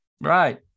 Right